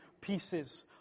pieces